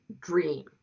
dream